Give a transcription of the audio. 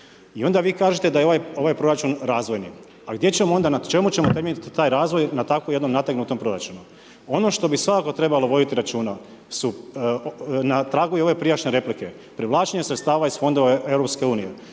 I onda vi kažete da je ovoj proračun razvoji, a gdje ćemo onda na čemu ćemo temeljit taj razvoj na tako jednom nategnutom proračunu. Ono što bi svakako trebalo voditi računa su na tragu i ove prijašnje replike, privlačenje sredstava iz fondova EU, pozovite